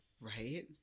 right